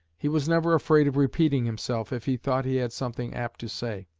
he was never afraid of repeating himself, if he thought he had something apt to say.